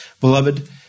Beloved